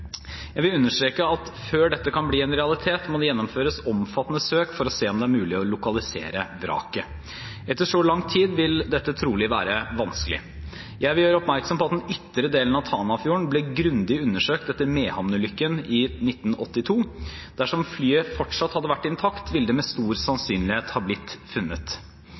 Jeg vil understreke at før dette kan bli en realitet, må det gjennomføres omfattende søk for å se om det er mulig å lokalisere vraket. Etter så lang tid vil dette trolig være vanskelig. Jeg vil gjøre oppmerksom på at den ytre delen av Tanafjorden ble grundig undersøkt etter Mehamn-ulykken i 1982. Dersom flyet fortsatt hadde vært intakt, ville det med stor sannsynlighet ha blitt funnet.